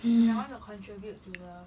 and I want to contribute to the